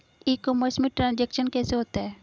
ई commerce में transaction कैसे होता है?